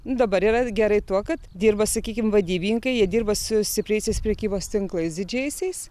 dabar yra gerai tuo kad dirba sakykim vadybininkai jie dirba su stipriaisiais prekybos tinklais didžiaisiais